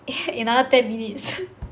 another ten minutes